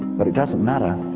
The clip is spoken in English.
but it doesn't matter,